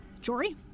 Jory